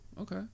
okay